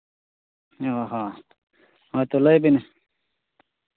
ᱚ ᱦᱚᱸ ᱦᱮᱸᱛᱚ ᱞᱟᱹᱭᱵᱤᱱ